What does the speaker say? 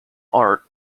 art